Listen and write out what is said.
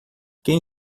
quem